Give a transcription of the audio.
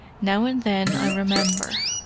now and then i remember,